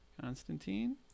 Constantine